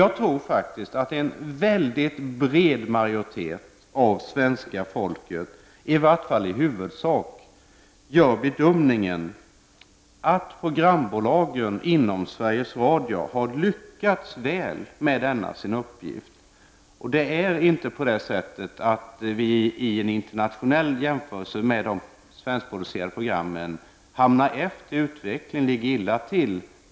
Jag tror faktiskt att en mycket bred majoritet av svenska folket gör bedömningen att programbolagen inom Sveriges Radio har lyckats väl med denna sin uppgift. Och vid en internationell jämförelse ligger inte de svenskproducerade programmen sämre till.